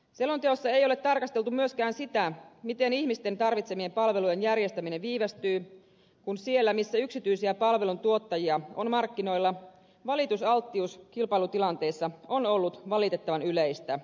selonteossa ei ole tarkasteltu myöskään sitä miten ihmisten tarvitsemien palvelujen järjestäminen viivästyy kun siellä missä yksityisiä palveluntuottajia on markkinoilla valitusalttius kilpailutilanteessa on ollut valitettavan yleistä